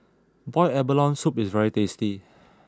Boiled Abalone soup is very tasty